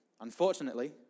Unfortunately